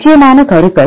முக்கியமான கருக்கள்